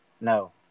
No